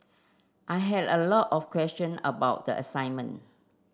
I had a lot of question about the assignment